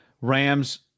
Rams